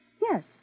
Yes